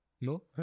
No